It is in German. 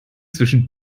zwischen